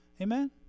amen